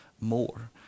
more